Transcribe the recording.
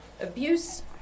abuse